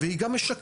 היא גם משקפת